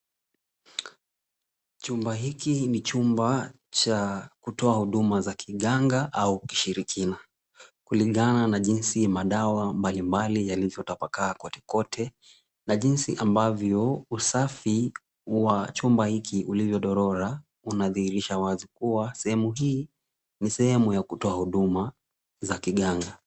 Chumba hiki ni chumba cha kutoa huduma za kiganga au kishirikina kulingana na jinsi madawa mbalimbali yalivyotapakaa kotekote na jinsi ambavyo usafi wa chumba hiki ulivyodhorora unadhihirisha wazi kuwa, sehemu hii ni sehemu ya kutoa huduma za kiganga.